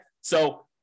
So-